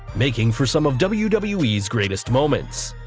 making for some of wwe's wwe's greatest moments.